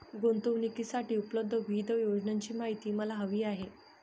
गुंतवणूकीसाठी उपलब्ध विविध योजनांची माहिती मला हवी आहे